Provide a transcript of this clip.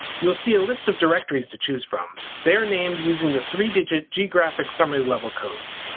you will see a list of directories to choose from. they are named using the three-digit geographic summary level codes.